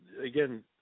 again